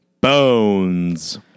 Bones